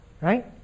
Right